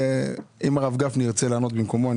ואם הרב גפני ירצה לענות במקומו,